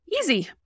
Easy